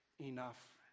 enough